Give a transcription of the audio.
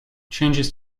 changes